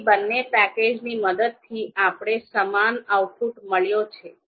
તેથી બંને પેકેજોની મદદથી આપણે સમાન આઉટપુટ મળ્યું છે